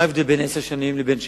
מה ההבדל בין עשר שנים לבין שש?